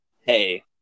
hey